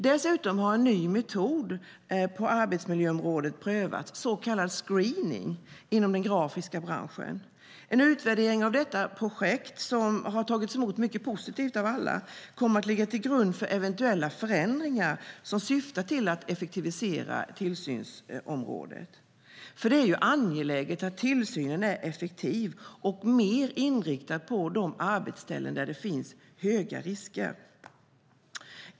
Dessutom har inom den grafiska branschen en ny metod på arbetsmiljöområdet prövats, så kallad screening. En utvärdering av detta projekt, som har tagits emot mycket positivt av alla, kommer att ligga till grund för eventuella förändringar som syftar till att effektivisera tillsynsområdet. Det är ju angeläget att tillsynen är effektiv och mer inriktad på de arbetsställen där det finns stora risker.